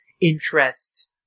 interest